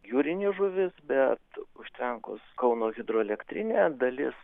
jūrinė žuvis bet užtvenkus kauno hidroelektrinę dalis